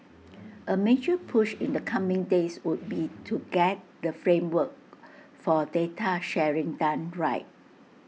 A major push in the coming days would be to get the framework for data sharing done right